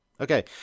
Okay